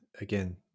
Again